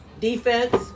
Defense